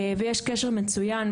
ויש קשר מצוין,